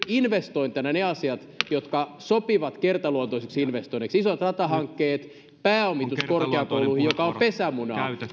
investointeina ne asiat jotka sopivat kertaluontoisiksi investoinneiksi isot ratahankkeet pääomitus korkeakouluihin joka on pesämuna